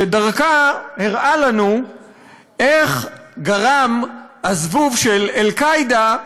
ודרכה הוא הראה לנו איך גרם הזבוב של "אל-קאעידה"